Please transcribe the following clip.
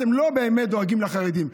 אתם לא באמת דואגים לחרדים.